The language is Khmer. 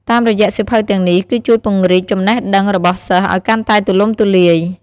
តាមរយៈសៀវភៅទាំងនេះ គឺជួយពង្រីកចំណេះដឹងរបស់សិស្សឱ្យកាន់តែទូលំទូលាយ។